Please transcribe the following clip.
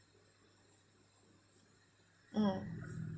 mm